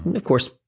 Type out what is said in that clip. and of course,